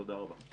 תודה רבה.